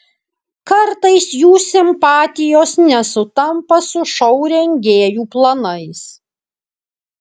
kartais jų simpatijos nesutampa su šou rengėjų planais